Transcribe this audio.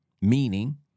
meaning